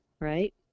Right